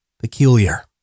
peculiar